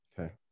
Okay